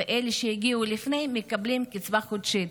ואלה שהגיעו לפני מקבלים קצבה חודשית.